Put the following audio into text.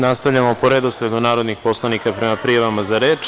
Nastavljamo po redosledu narodnih poslanika prema prijavama za reč.